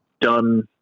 done